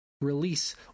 release